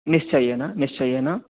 निश्चयेन निश्चयेन